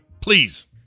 please